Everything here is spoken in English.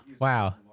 Wow